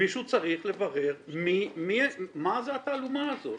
מישהו צריך לברר מה זו התעלומה הזאת.